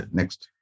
Next